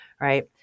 right